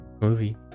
Movie